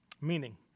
meaning